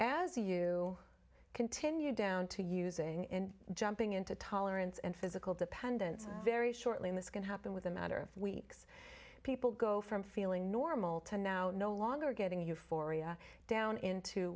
as you continue down to using in jumping into tolerance and physical dependence on very shortly in this can happen with a matter of weeks people go from feeling normal to now no longer getting the euphoria down into